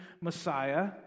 Messiah